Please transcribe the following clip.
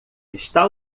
está